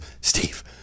Steve